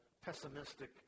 pessimistic